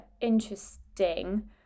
interesting